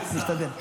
נשתדל.